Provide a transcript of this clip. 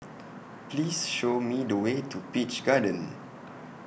Please Show Me The Way to Peach Garden